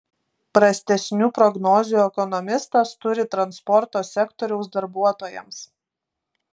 prastesnių prognozių ekonomistas turi transporto sektoriaus darbuotojams